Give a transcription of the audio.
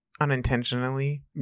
unintentionally